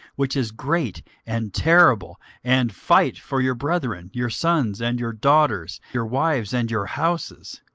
which is great and terrible, and fight for your brethren, your sons, and your daughters, your wives, and your houses.